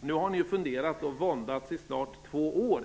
Nu har ni funderat och våndats i snart två år.